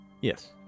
Yes